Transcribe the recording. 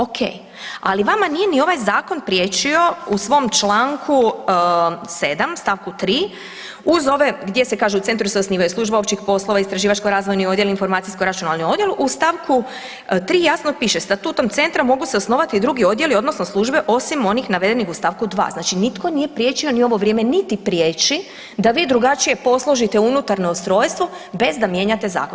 Ok, ali vama nije ni ovaj zakon priječio u svom Članku 7. stavku 3. uz ove gdje se kažu, centri se osnivaju služba općih poslova, istraživačko-razvojni odjel, informacijsko računalni odjel, u stavku 3. jasno piše statutom centra mogu se osnovati i drugi odjeli odnosno službe osim onih navedenih u stavku 2. Znači nitko nije priječio ni ovo vrijeme niti priječi da vi drugačije posložite unutarnje ustrojstvo bez da mijenjate zakon.